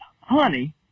honey